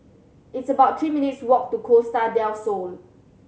it's about three minutes' walk to Costa Del Sol